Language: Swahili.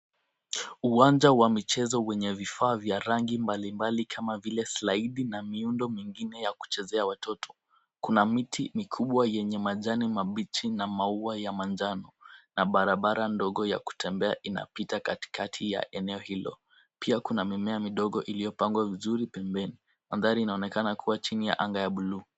Uwanja wa michezo wenye vifaa vya rangi mbalimbali kama vile slide , na miundo mingine ya kuchezea watoto. Kuna miti mikubwa yenye majani mabichi na maua ya manjano, na barabara ndogo yakutembea inapita katikati ya eneo hilo, pia kuna mimea midogo iliyopangwa vizuri pembeni. Mandhari inaonekana kuwa chini ya anga ya blue .